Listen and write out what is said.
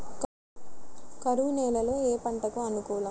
కరువు నేలలో ఏ పంటకు అనుకూలం?